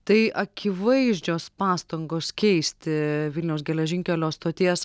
tai akivaizdžios pastangos keisti vilniaus geležinkelio stoties